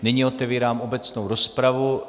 Nyní otevírám obecnou rozpravu.